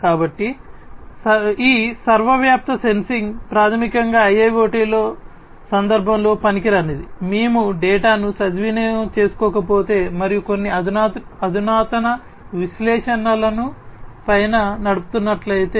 కాబట్టి ఈ సర్వవ్యాప్త సెన్సింగ్ ప్రాథమికంగా IIoT సందర్భంలో పనికిరానిది మేము డేటాను సద్వినియోగం చేసుకోకపోతే మరియు కొన్ని అధునాతన విశ్లేషణలను పైన నడుపుతున్నట్లయితే